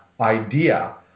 idea